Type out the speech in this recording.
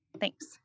Thanks